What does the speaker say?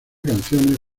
canciones